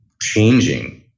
changing